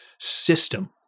system